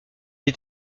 est